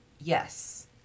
yes